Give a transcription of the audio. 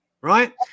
right